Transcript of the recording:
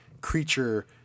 creature